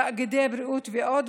תאגידי בריאות ועוד.